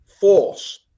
force